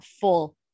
full